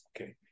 Okay